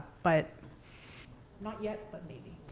but not yet, but maybe.